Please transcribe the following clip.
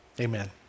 amen